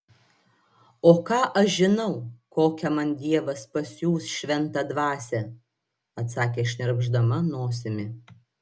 o ką aš žinau kokią man dievas pasiųs šventą dvasią atsakė šnirpšdama nosimi